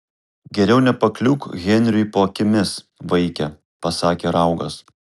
geriau nepakliūk henriui po akimis vaike pasakė raugas